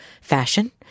fashion